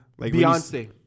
Beyonce